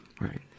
Right